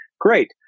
Great